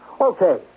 okay